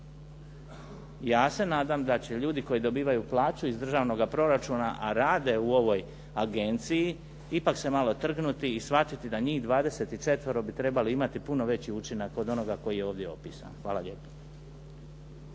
Ja se nadam da će ljudi koji dobivaju plaću iz državnoga proračuna a rade u ovoj agenciji ipak se malo trgnuti i shvatiti da njih 24 bi trebali imati puno veći učinak od onoga koji je ovdje opisan. Hvala lijepo.